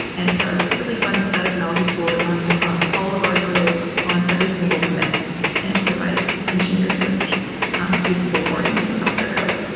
and it's our really fun static analysis tool that runs across all of our code on every single commit and provides engineers with useful warnings about their code.